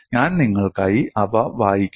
ഞാൻ നിങ്ങൾക്കായി അവ വായിക്കും